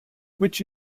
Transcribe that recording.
which